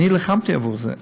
אני נלחמתי עבור זה.